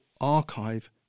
archive